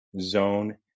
zone